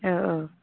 औ औ